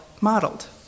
modeled